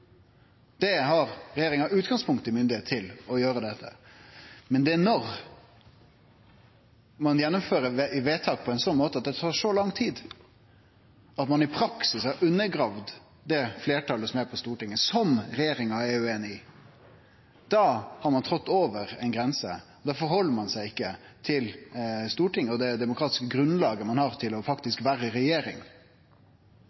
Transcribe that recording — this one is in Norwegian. det har regjeringa i utgangspunktet myndigheit til å gjere. Men når ein gjennomfører vedtak på ein sånn måte at det tar så lang tid at ein i praksis har undergrave det fleirtalet som er på Stortinget, som regjeringa er ueinig med: Da har ein trådd over ei grense, da held ein seg ikkje til Stortinget og det demokratiske grunnlaget ein har til å